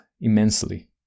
immensely